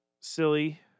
silly